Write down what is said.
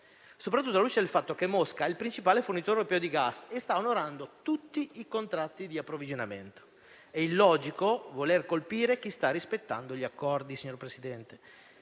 soprattutto alla luce del fatto che Mosca è il principale fornitore europeo di gas e sta onorando tutti i contratti di approvvigionamento. Signor Presidente, è illogico voler colpire chi sta rispettando gli accordi. Mi permetto